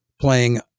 playing